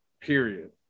Period